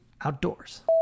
outdoors